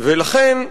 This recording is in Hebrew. ולכן,